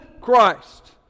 Christ